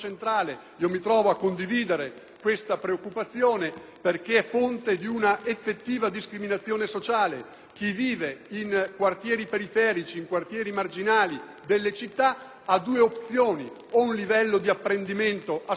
tale preoccupazione perché è fonte di un'effettiva discriminazione sociale. Chi vive in quartieri periferici, in quartieri marginali delle città, ha due opzioni: o un livello di apprendimento incompleto e limitato